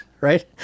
right